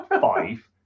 five